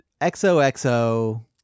XOXO